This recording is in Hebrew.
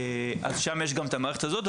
אז שם יש גם את המערכת הזאת.